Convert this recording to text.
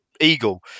eagle